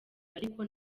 ariko